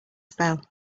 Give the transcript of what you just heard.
spell